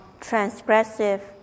transgressive